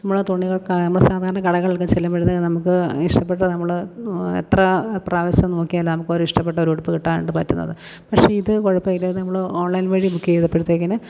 നമ്മുടെ തുണികൾക്കാ നമ്മുടെ സാധാരണ കടകളിലൊക്കെ ചെല്ലുമ്പോഴത്തേക്ക് നമുക്ക് ഇഷ്ടപ്പെട്ട നമ്മൾ എത്ര പ്രാവശ്യം നോക്കിയാലും നമുക്കൊരു ഇഷ്ടപ്പെട്ട ഒരു ഉടുപ്പ് കിട്ടാനായിട്ട് പറ്റുന്നത് പക്ഷേ ഇത് കുഴപ്പമില്ല ഇതു നമ്മൾ ഓൺലൈൻ വഴി ബുക്ക് ചെയ്തപ്പോഴത്തേക്കിന്